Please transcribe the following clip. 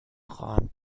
خواهم